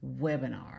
webinar